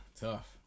tough